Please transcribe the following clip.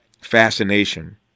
fascination